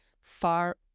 far